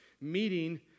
meeting